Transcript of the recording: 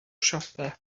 siopau